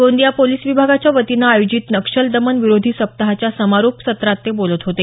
Gondia police विभागाच्या वतीनं आयोजित नक्षल दमन विरोधी सप्ताहाच्या समारोप सत्रात ते बोलत होते